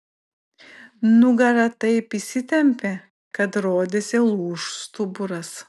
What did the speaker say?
nugara taip įsitempė kad rodėsi lūš stuburas